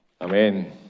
Amen